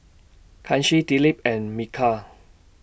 Kanshi Dilip and Milkha